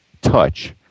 touch